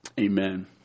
Amen